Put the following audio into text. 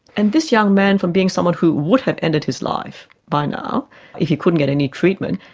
and this young man from being someone who would have ended his life by now if he couldn't get any treatment,